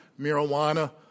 Marijuana